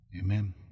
Amen